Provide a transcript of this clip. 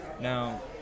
now